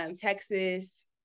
Texas